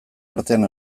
artean